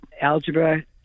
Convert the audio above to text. algebra